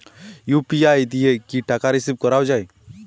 UPI দিয়ে কি টাকা রিসিভ করাও য়ায়?